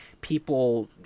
people